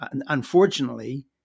unfortunately